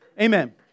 Amen